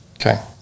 Okay